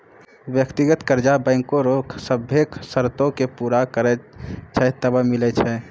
व्यक्तिगत कर्जा बैंको रो सभ्भे सरतो के पूरा करै छै तबै मिलै छै